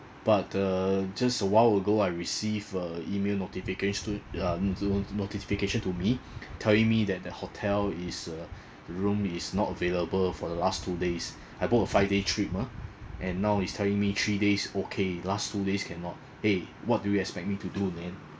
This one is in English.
but uh just awhile ago I receive a email notification to uh the notification to me telling me that the hotel is uh room is not available for the last two days I book a five day trip ah and now is telling me three days okay last two days cannot eh what do you expect me to do then